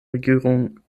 regierung